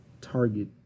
target